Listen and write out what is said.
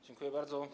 Dziękuję bardzo.